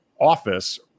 office